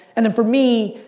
and then for me,